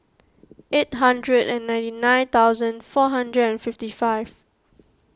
eight hundred and ninety nine thousand four hundred and fifty five